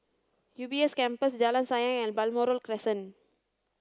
U B S Campus Jalan Sayang and Balmoral Crescent